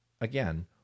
again